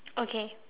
okay